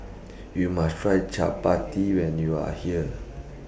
YOU must Try Chapati when YOU Are here